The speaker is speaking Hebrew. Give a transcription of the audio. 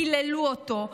קיללו אותו,